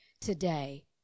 today